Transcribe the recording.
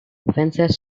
fencers